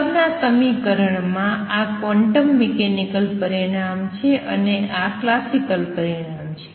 ઉપરના સમીકરણમાં આ ક્વોન્ટમ મિકેનિકલ પરિણામ છે અને આ ક્લાસિકલ પરિણામ છે